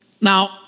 Now